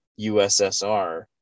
ussr